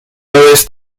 jest